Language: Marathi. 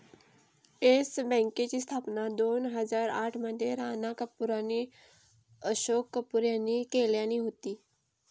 येस बँकेची स्थापना दोन हजार आठ मध्ये राणा कपूर आणि अशोक कपूर यांनी केल्यानी होती